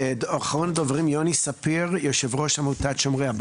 תחנות שהוקמו בדרישה של- -- בתיאום